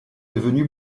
devenu